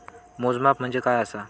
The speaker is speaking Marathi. मोजमाप म्हणजे काय असा?